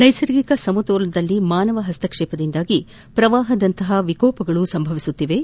ನೈಸರ್ಗಿಕ ಸಮತೋಲನದಲ್ಲಿ ಮಾನವ ಹಸ್ತಕ್ಷೇಪದಿಂದಾಗಿ ಶ್ರವಾಹದಂತಹ ವಿಕೋಪಗಳು ಸಂಭವಿಸುತ್ತಿವೆ